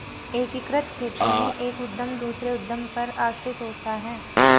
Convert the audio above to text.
एकीकृत खेती में एक उद्धम दूसरे उद्धम पर आश्रित होता है